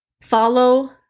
follow